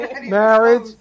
marriage